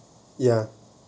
ya